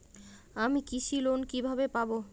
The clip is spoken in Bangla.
আমি কৃষি লোন কিভাবে পাবো?